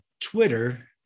Twitter